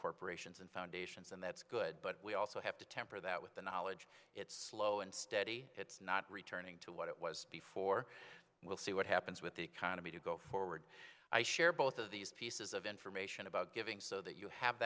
corporations and foundations and that's good but we also have to temper that with the knowledge it's slow and steady it's not returning to what it was before we'll see what happens with the economy to go forward i share both of these pieces of information about giving so that you have